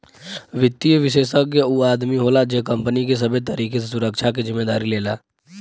वित्तीय विषेशज्ञ ऊ आदमी होला जे कंपनी के सबे तरीके से सुरक्षा के जिम्मेदारी लेला